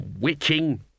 witching